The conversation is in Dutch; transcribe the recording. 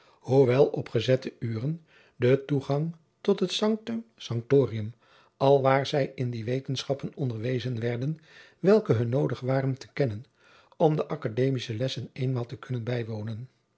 hoewel op gezette uren den toegang tot het sanctum sanctorum alwaar zij in die wetenschappen onderwezen werden welke hun noodig waren te kennen om de jacob van lennep de pleegzoon academische lessen eenmaal te kunnen bijwonen